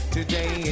Today